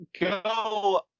go